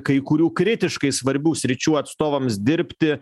kai kurių kritiškai svarbių sričių atstovams dirbti